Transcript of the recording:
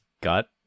got